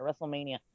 WrestleMania